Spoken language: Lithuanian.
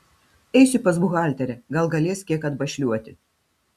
eisiu pas buhalterę gal galės kiek atbašliuoti